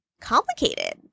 complicated